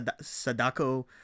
Sadako